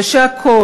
זה שהכול,